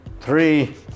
three